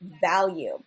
value